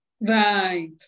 Right